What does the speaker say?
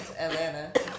Atlanta